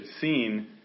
seen